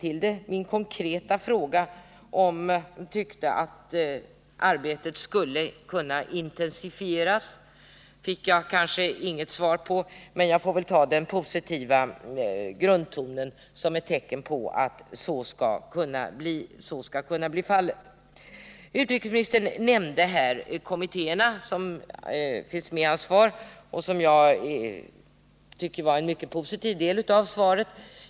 Pa min konkreta fråga om utrikesministern tycker att arbetet skulle kunna intensifieras fick jaginget svar. Men jag tar utrikesministerns positiva grundton som ett tecken på att så skulle kunna bli fallet. Utrikesministern nämnde i sitt svar de kommittéer som har att behandla biståndsfrågorna. Det var en mycket positiv del av svaret.